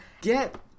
get